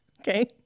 Okay